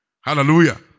Hallelujah